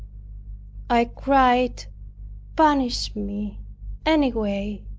i cried punish me any way,